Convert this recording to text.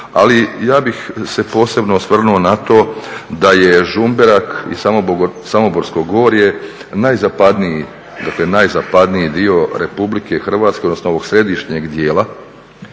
Ali ja bih se posebno osvrnuo na to da je Žumberak i Samoborsko gorje najzapadniji dio Republike Hrvatske, odnosno ovog središnjeg dijela,